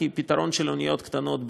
כי פתרון של אוניות קטנות,